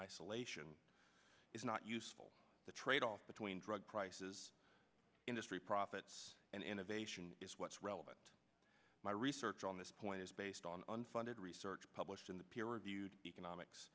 isolation is not useful the trade off between drug prices industry profits and innovation is what's relevant my research on this point is based on funded research published in the peer reviewed economics